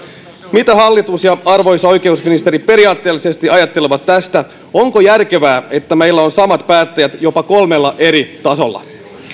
mitä hallitus ja arvoisa oikeusministeri periaatteellisesti ajattelevat tästä onko järkevää että meillä on samat päättäjät jopa kolmella eri tasolla